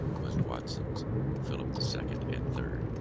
was watson's philip the second and third.